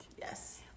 Yes